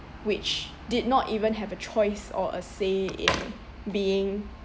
which did not even have a choice or a say in being